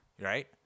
right